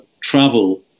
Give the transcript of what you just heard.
travel